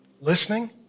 listening